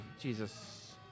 Jesus